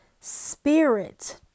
spirit